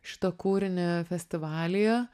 šitą kūrinį festivalyje